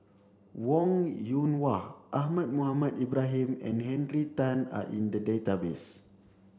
Wong Yoon Wah Ahmad Mohamed Ibrahim and Henry Tan are in the database